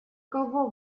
кого